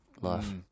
life